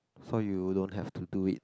so you don't have to do it